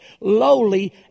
lowly